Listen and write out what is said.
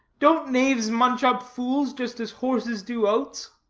don't knaves munch up fools just as horses do oats?